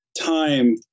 time